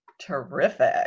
Terrific